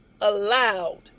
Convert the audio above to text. allowed